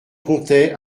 comptait